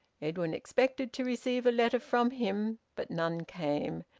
edwin expected to receive a letter from him, but none came,